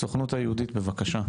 הסוכנות היהודית, בבקשה.